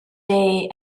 day